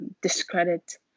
discredit